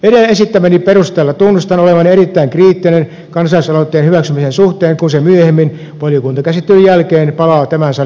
edellä esittämäni perusteella tunnustan olevani erittäin kriittinen kansalaisaloitteen hyväksymisen suhteen kun se myöhemmin valiokuntakäsittelyn jälkeen palaa tämän salin käsittelyyn